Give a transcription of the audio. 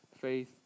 faith